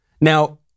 Now